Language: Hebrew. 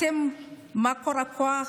אתם מקור הכוח,